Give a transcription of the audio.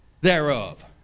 thereof